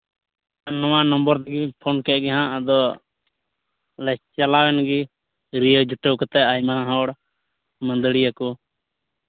ᱱᱚᱣᱟ ᱱᱚᱢᱵᱚᱨ ᱛᱮᱜᱤᱧ ᱯᱷᱳᱱ ᱠᱮᱫ ᱜᱮ ᱦᱟᱸᱜ ᱟᱫᱚ ᱟᱫᱚ ᱞᱮ ᱪᱟᱞᱟᱣᱮᱱ ᱜᱮ ᱨᱤᱭᱟᱹᱣ ᱡᱩᱴᱟᱹᱣ ᱠᱟᱛᱮᱫ ᱟᱭᱢᱟ ᱦᱚᱲ ᱢᱟᱹᱫᱟᱹᱲᱤᱭᱟᱹ ᱠᱚ